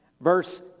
Verse